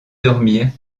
dormir